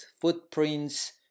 footprints